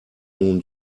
nun